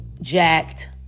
jacked